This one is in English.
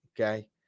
okay